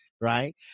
Right